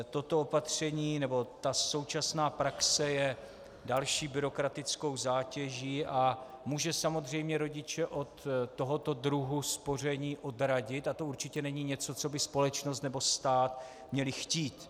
Toto opatření, nebo ta současná praxe je další byrokratickou zátěží a může samozřejmě rodiče od tohoto druhu spoření odradit a to určitě není něco, co by společnost nebo stát měly chtít.